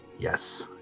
Yes